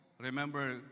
Remember